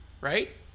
right